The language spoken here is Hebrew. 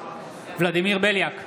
ולדימיר בליאק,